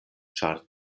ĉar